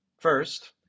First